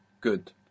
Good